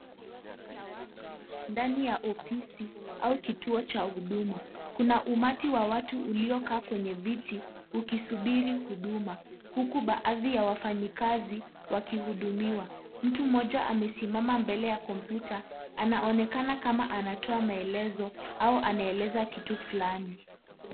Kundi la watu ndani ya ofisi au kituo cha huduma. Kuna umati wa watu uliokaa kwenye viti, ukisubiri huduma huku baadhi ya wafanyikazi wakihudumiwa. Mtu mmoja amesimama mbele ya komyuta na anaonekana kama anatoa maelezo ama anaeleza kitu flani.